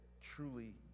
truly